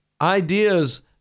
ideas